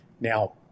Now